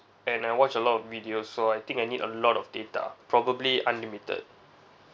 and I watch a lot of videos so I think I need a lot of data probably unlimited